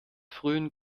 frühen